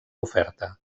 oferta